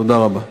תודה רבה.